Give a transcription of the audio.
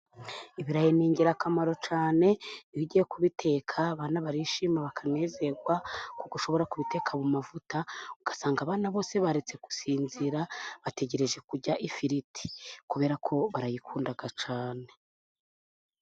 Ibirayi ni ingirakamaro cyane. Iyo ugiye kubiteka abana barishima bakanezerwa, kuko ushobora kubiteka mu mavuta. Ugasanga abana bose baretse gusinzira, bategereje kurya ifiriti, kubera ko barayikunda cyane.